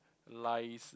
lies